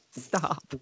Stop